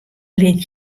lit